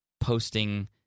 posting